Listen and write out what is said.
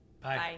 Bye